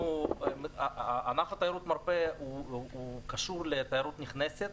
ענף תיירות המרפא קשור לתיירות הנכנסת.